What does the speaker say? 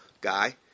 guy